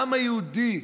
העם היהודי,